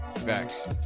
facts